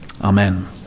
Amen